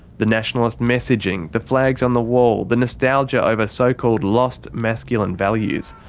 the nationalist messaging. the flags on the walls. the nostalgia over so-called lost masculine values.